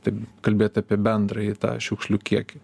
taip kalbėt apie bendrąjį tą šiukšlių kiekį